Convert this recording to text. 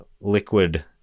liquid